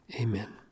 Amen